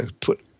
put